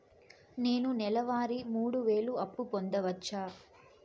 నేను నెల వారి మూడు వేలు అప్పు పొందవచ్చా?